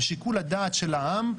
בשיקול הדעת של העם,